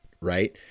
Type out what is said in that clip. Right